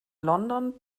london